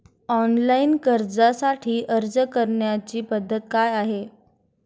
Online कर्जासाठी अर्ज करण्याची पद्धत काय आहे?